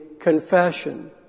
confession